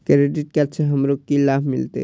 Credit card से हमरो की लाभ मिलते?